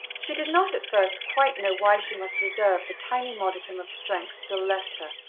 she did not at first quite know why she must reserve the tiny modicum of strength still left her,